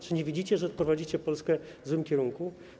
Czy nie widzicie, że prowadzicie Polskę w złym kierunku?